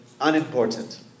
unimportant